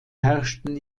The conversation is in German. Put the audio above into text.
herrschten